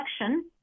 election